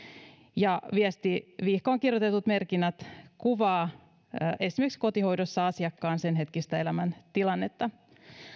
viestivihkoon kirjoitetut merkinnät esimerkiksi kotihoidossa kuvaavat asiakkaan senhetkistä elämäntilannetta